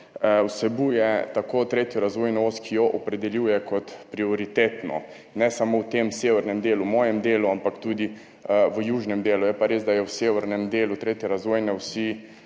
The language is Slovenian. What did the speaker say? vsebuje tako tretjo razvojno os, ki jo opredeljuje kot prioritetno, ne samo v tem severnem delu, v mojem delu, ampak tudi v južnem delu. Je pa res, da so v severnem delu tretje razvojne osi